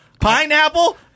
Pineapple